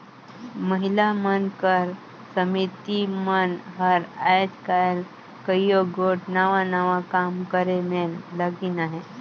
महिला मन कर समिति मन हर आएज काएल कइयो गोट नावा नावा काम करे में लगिन अहें